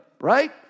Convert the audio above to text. right